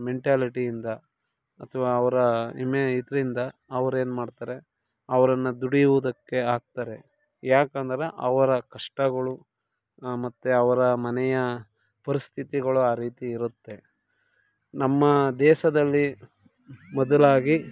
ಮೆಂಟಾಲಿಟಿಯಿಂದ ಅಥ್ವಾ ಅವರ ಇಮೆ ಇದರಿಂದ ಅವ್ರೇನು ಮಾಡ್ತಾರೆ ಅವ್ರನ್ನು ದುಡಿಯುವುದಕ್ಕೆ ಹಾಕ್ತಾರೆ ಯಾಕಂದ್ರೆ ಅವರ ಕಷ್ಟಗಳು ಮತ್ತು ಅವರ ಮನೆಯ ಪರಿಸ್ಥಿತಿಗಳು ಆ ರೀತಿ ಇರುತ್ತೆ ನಮ್ಮ ದೇಶದಲ್ಲಿ ಮೊದಲಾಗಿ